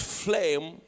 flame